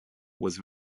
was